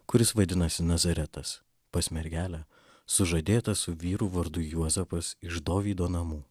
kuris vadinasi nazaretas pas mergelę sužadėtą su vyru vardu juozapas iš dovydo namų